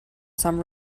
some